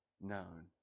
known